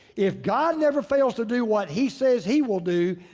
if god never fails to do what he says he will do,